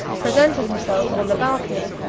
presented himself on the balcony,